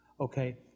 okay